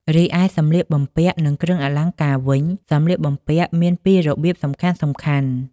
រីឯសម្លៀកបំពាក់ និងគ្រឿងអលង្ការវិញ សម្លៀកបំពាក់មាន ពីររបៀបសំខាន់ៗ ។